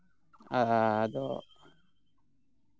ᱟᱫᱚ